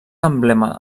emblema